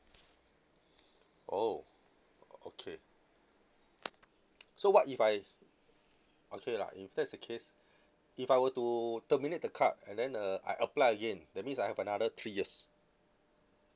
oh okay so what if I okay lah if that's the case if I were to terminate the card and then uh I apply again that means I have another three years